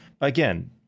again